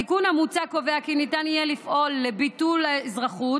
התיקון המוצע קובע כי ניתן יהיה לפעול לביטול האזרחות